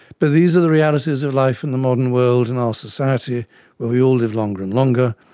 but these are the realities of life in the modern world and our society where we all live longer and longer,